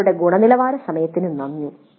നിങ്ങളുടെ ഗുണനിലവാര സമയത്തിന് നന്ദി